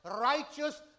righteous